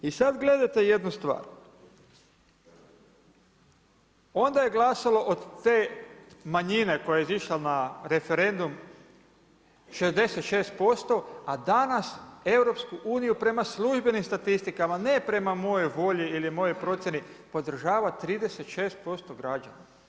I sada gledajte jednu stvar, onda je glasalo od te manjine koja je izašla na referendum 66%, a danas EU prema službenim statistikama, ne prema mojoj volji ili mojoj procjeni podržava 36% građana.